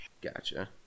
Gotcha